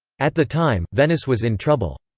at the time, venice was in trouble.